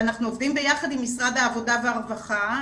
ואנחנו עובדים ביחד עם משרד העבודה והרווחה,